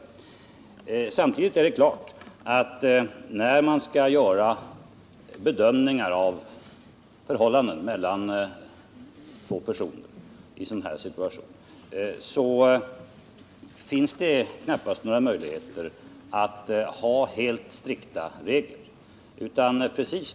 Samtidigt är det klart, att när man skall göra bedömningar av två personers förhållanden, finns det knappast några möjligheter att ha helt strikta regler.